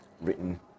written